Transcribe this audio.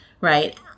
Right